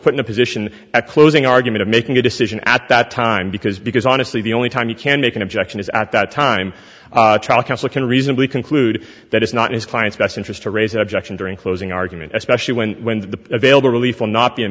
put in a position a closing argument of making a decision at that time because because honestly the only time you can make an objection is at that time trial counsel can reasonably conclude that it's not his client's best interest to raise an objection during closing argument especially when the available relief will not be a